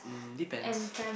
mm depends